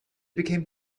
became